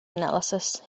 analysis